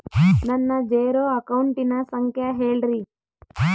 ನನ್ನ ಜೇರೊ ಅಕೌಂಟಿನ ಸಂಖ್ಯೆ ಹೇಳ್ರಿ?